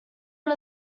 one